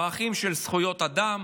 בערכים של זכויות אדם.